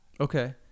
Okay